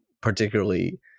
particularly